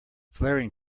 flaring